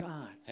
God